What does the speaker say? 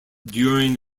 during